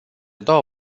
doua